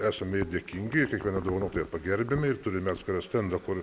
esame ir dėkingi ir kiekvieną dovanotoją pagerbiame ir turime atskirą stendą kur